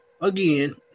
again